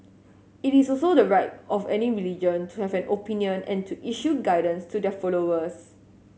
it is also the right of any religion to have an opinion and to issue guidance to their followers